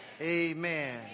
amen